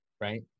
right